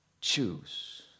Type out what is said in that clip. choose